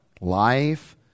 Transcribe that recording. Life